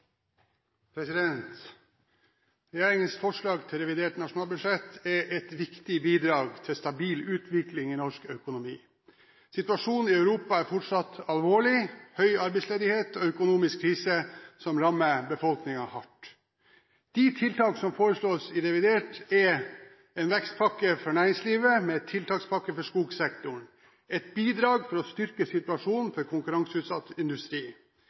et viktig bidrag til stabil utvikling i norsk økonomi. Situasjonen i Europa er fortsatt alvorlig, med høy arbeidsledighet og økonomisk krise som rammer befolkningen hardt. De tiltakene som foreslås i revidert, er en vekstpakke for næringslivet med en tiltakspakke for skogsektoren, et bidrag for å styrke situasjonen for konkurranseutsatt industri.